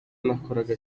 nakoraga